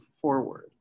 forward